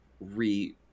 re